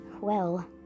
Well